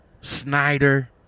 Snyder